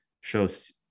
shows